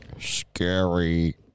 Scary